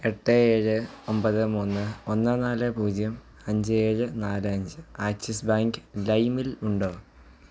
എട്ട് ഏഴ് ഒൻപത് മൂന്ന് ഒന്ന് നാല് പൂജ്യം അഞ്ച് ഏഴ് നാല് അഞ്ച് ആക്സിസ് ബാങ്ക് ലൈമിൽ ഉണ്ടോ